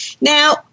now